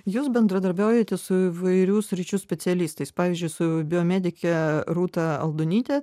jūs bendradarbiaujate su įvairių sričių specialistais pavyzdžiui su biomedike rūta aldonyte